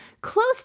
close